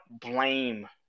blame